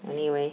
你以为